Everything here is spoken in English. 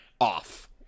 off